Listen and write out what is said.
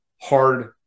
hard